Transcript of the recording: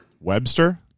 Webster